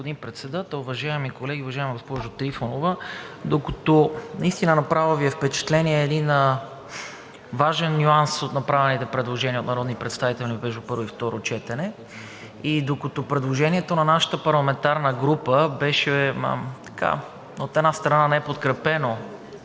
докато предложението на нашата парламентарна група, от една страна, неподкрепено